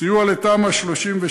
סיוע לתמ"א 38,